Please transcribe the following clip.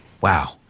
Wow